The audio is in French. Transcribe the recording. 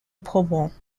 probants